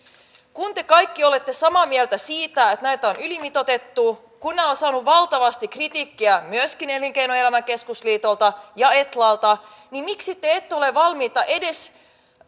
kun te kaikki olette samaa mieltä siitä että näitä on ylimitoitettu kun nämä ovat saaneet valtavasti kritiikkiä myöskin elinkeinoelämän keskusliitolta ja etlalta niin miksi te ette ole valmiita edes